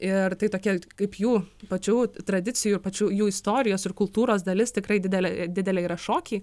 ir tai tokia kaip jų pačių tradicijų ir pačių jų istorijos ir kultūros dalis tikrai didelė didelė yra šokiai